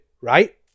right